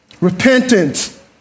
Repentance